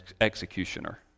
executioner